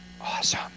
awesome